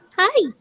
Hi